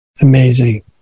Amazing